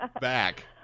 back